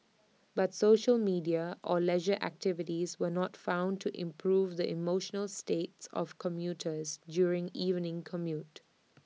but social media or leisure activities were not found to improve the emotional states of commuters during evening commute